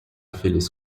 feliz